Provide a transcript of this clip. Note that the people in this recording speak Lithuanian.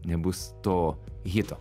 nebus to hito